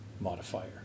modifier